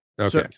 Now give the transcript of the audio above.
Okay